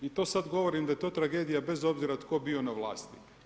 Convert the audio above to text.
I to sada govorim da je to tragedija bez obzira tko bio na vlasti.